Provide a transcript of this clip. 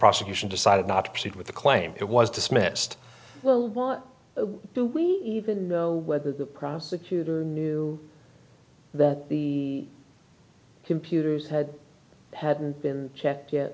prosecution decided not to proceed with the claim it was dismissed well what do we even know whether the prosecutor knew that the computers had hadn't been